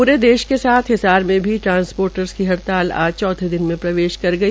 पूरे देश के साथ हिसार में भी ट्रांसपोर्टर की हड़ताला आज चौथे दिन में प्रवेश की गई